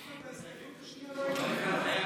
אחמד, בהסתייגות השנייה לא היית מובן.